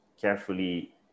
carefully